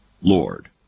lord